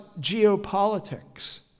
geopolitics